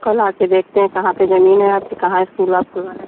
कल आ कर देखते हैं कहाँ पर जमीन है आपकी कहाँ स्कूल आप खुलवाना चाह रहे हैं